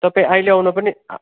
तपाईँ अहिले आउनु पनि